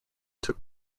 took